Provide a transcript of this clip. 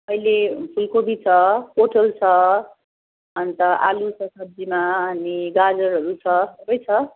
अहिले फुलकोपी छ पोटल छ अन्त आलु छ सब्जीमा अनि गाजरहरू छ सबै छ